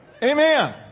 Amen